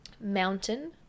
Mountain